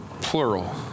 plural